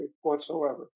whatsoever